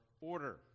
order